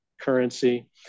currency